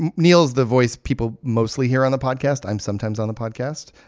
and neil is the voice people mostly hear on the podcast. i'm sometimes on the podcast.